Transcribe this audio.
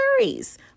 worries